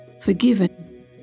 forgiven